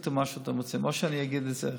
תחליטו מה אתם רוצים, או שאני אגיד את זה עכשיו,